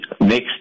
next